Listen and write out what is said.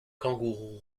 kangourou